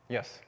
Yes